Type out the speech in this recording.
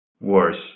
worse